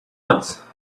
once